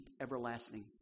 everlasting